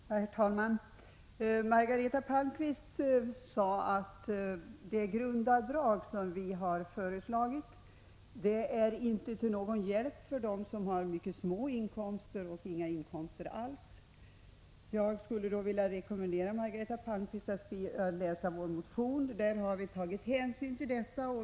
Herr talman! Margareta Palmqvist sade att det grundavdrag som vi har föreslagit inte är till någon hjälp för dem som har mycket små inkomster eller inga inkomster alls. Jag skulle då vilja rekommendera Margareta Palmqvist att läsa vår motion. Där har vi tagit hänsyn till detta.